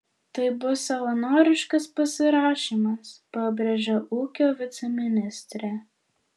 tai bus savanoriškas pasirašymas pabrėžia ūkio viceministrė